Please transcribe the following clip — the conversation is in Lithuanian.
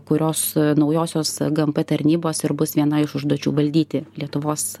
kurios naujosiosios gmp tarnybos ir bus viena iš užduočių valdyti lietuvos